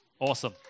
Awesome